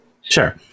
Sure